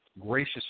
gracious